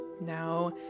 Now